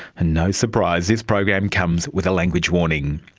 and no surprise, this program comes with a language warning.